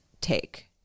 take